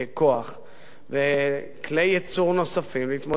וכלי ייצור נוספים להתמודד עם הקיץ הקרוב?